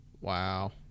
Wow